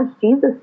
Jesus